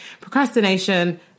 procrastination